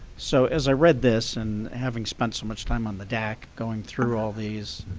so as i read this, and having spent so much time on the dac, going through all these,